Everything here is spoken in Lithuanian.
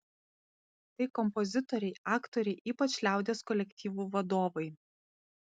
tai kompozitoriai aktoriai ypač liaudies kolektyvų vadovai